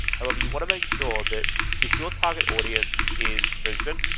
however, you want to make sure that if your target audience is brisbane,